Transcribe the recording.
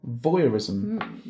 Voyeurism